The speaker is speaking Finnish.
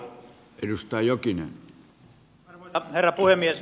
arvoisa herra puhemies